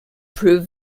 prove